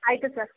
ಆಯಿತು ಸರ್